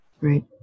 Right